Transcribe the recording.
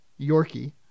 Yorkie